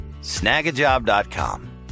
Snagajob.com